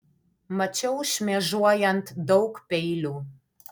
mačiau šmėžuojant daug peilių